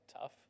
tough